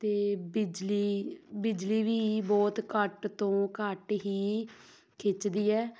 ਅਤੇ ਬਿਜਲੀ ਬਿਜਲੀ ਵੀ ਬਹੁਤ ਘੱਟ ਤੋਂ ਘੱਟ ਹੀ ਖਿੱਚਦੀ ਹੈ